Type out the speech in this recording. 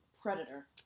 predator